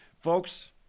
Folks